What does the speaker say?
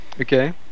Okay